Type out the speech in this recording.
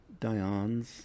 Dions